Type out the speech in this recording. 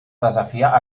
desafiar